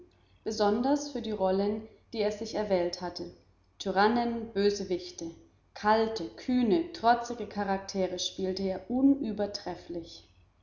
besonders für die rollen die er sich erwählt hatte tyrannen bösewichte kalte kühne trotzige charaktere spielte er